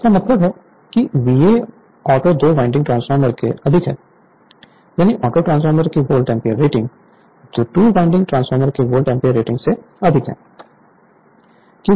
इसका मतलब है कि VA ऑटो दो वाइंडिंग ट्रांसफॉर्मर से अधिक है यानी ऑटोट्रांसफॉर्मर की वोल्ट एम्पीयर रेटिंग दो वाइंडिंग ट्रांसफार्मर की वोल्ट एम्पीयर रेटिंग से अधिक है